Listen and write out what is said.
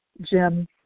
Jim